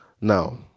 now